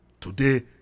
Today